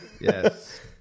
Yes